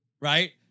right